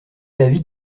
l’avis